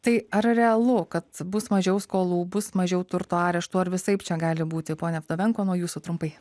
tai ar realu kad bus mažiau skolų bus mažiau turto areštų ar visaip čia gali būti ponia vdovenko nuo jūsų trumpai